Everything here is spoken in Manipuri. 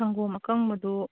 ꯁꯪꯒꯣꯝ ꯑꯀꯪꯕꯗꯨ